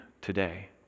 today